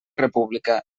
república